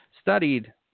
studied